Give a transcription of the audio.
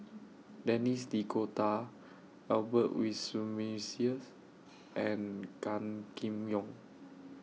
Denis D'Cotta Albert Winsemius and Gan Kim Yong